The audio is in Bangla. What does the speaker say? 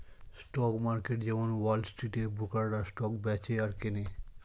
স্টক মার্কেট যেমন ওয়াল স্ট্রিটে ব্রোকাররা স্টক বেচে আর কেনে